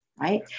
right